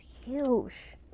huge